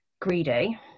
greedy